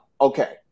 Okay